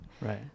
Right